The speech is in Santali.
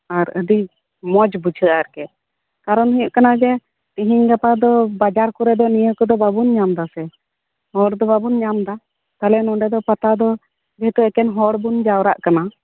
ᱟᱨ ᱟᱹᱰᱤ ᱢᱚᱸᱡᱽ ᱵᱩᱡᱷᱟᱹᱜᱼᱟ ᱟᱨᱠᱤ ᱠᱟᱨᱚᱱ ᱦᱩᱭᱩᱜ ᱠᱟᱱᱟ ᱡᱮ ᱛᱤᱦᱤᱧ ᱜᱟᱯᱟ ᱫᱚ ᱵᱟᱡᱟᱨ ᱠᱚᱨᱮ ᱱᱤᱭᱟᱹ ᱠᱚᱫᱚ ᱵᱟᱵᱚᱱ ᱧᱟᱢ ᱫᱟᱥᱮ ᱱᱚᱣᱟ ᱨᱮᱫᱚ ᱵᱟᱵᱚᱱ ᱧᱟᱢ ᱮᱫᱟ ᱛᱟᱦᱞᱮ ᱱᱚᱰᱮ ᱫᱚ ᱯᱟᱛᱟ ᱫᱚ ᱡᱮᱦᱮᱛᱩ ᱮᱠᱮᱱ ᱦᱚᱲ ᱵᱚ ᱡᱟᱣᱨᱟᱜ ᱠᱟᱱᱟ